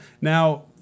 Now